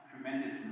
tremendous